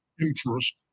interest